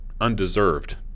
undeserved